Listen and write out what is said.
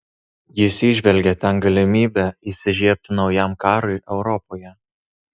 jis įžvelgė ten galimybę įsižiebti naujam karui europoje